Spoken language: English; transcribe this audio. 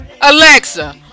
Alexa